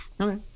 Okay